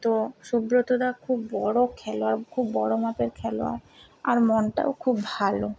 তো সুব্রতদা খুব বড়ো খেলোয়াড় খুব বড়ো মাপের খেলোয়াড় আর মনটাও খুব ভালো